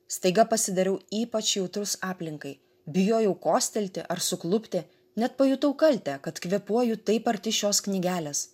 staiga pasidariau ypač jautrus aplinkai bijojau kostelti ar suklupti net pajutau kaltę kad kvėpuoju taip arti šios knygelės